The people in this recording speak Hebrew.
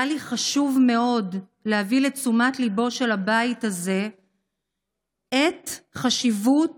היה לי חשוב מאוד להביא לתשומת ליבו של הבית הזה את חשיבות